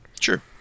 sure